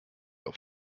auf